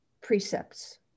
precepts